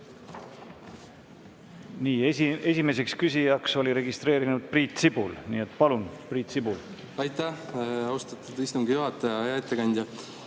Nii, esimeseks küsijaks oli end registreerinud Priit Sibul. Palun, Priit Sibul! Aitäh, austatud istungi juhataja! Hea ettekandja!